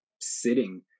sitting